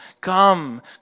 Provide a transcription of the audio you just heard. come